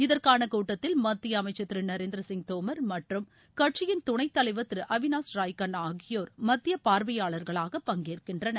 இதற்கான கூட்டத்தில் மத்திய அமைச்சர் திரு நரேந்திர சிங் தோமர் மற்றும் கட்சியிள் துணைத் தலைவர் திரு அவினாஸ் ராய் கண்ணா ஆகியோர் மத்திய பார்வையாளர்களாக பங்கேற்கின்றனர்